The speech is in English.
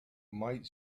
might